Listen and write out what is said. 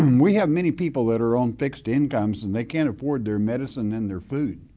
um we have many people that are on fixed incomes and they can't afford their medicine and their food.